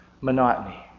Monotony